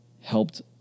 helped